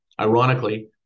Ironically